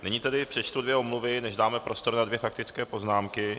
Nyní přečtu dvě omluvy, než dáme prostor na dvě faktické poznámky.